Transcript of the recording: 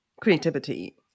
creativity